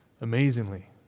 amazingly